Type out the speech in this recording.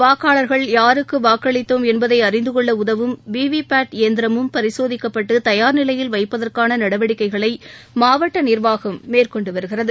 வாக்காளர்கள் யாருக்கு வாக்களித்தோம் என்பதை அறிந்துகொள்ள உதவும் வி வி பேட் யந்திரமும் பரிசோதிக்கப்பட்டு தயார்நிலையில் வைக்கப்பதற்கான நடவடிக்கைகளை மாவட்ட நிர்வாகம் மேற்கொண்டு வருகிறது